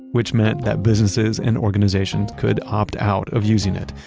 which meant that businesses and organizations could opt out of using it.